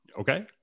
okay